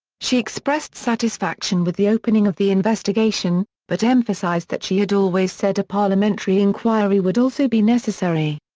she expressed satisfaction with the opening of the investigation, but emphasized that she had always said a parliamentary inquiry would also be necessary.